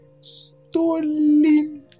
stolen